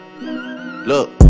look